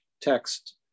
text